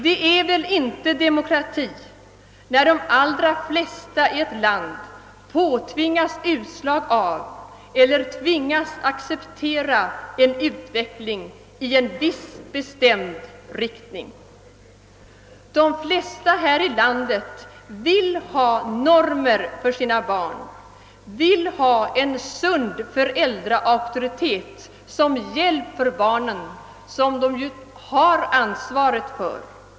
Det är väl inte demokrati när de allra flesta i ett land påtvingas utslag av eller tvingas acceptera en utveckling i en viss bestämd riktning. De flesta här i landet vill ha normer för sina barn, vill ha en sund föräldraauktoritet som hjälp för barnen, som de ju har ansvaret för.